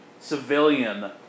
civilian